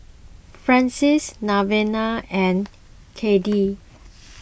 Frances Lavina and Cyndi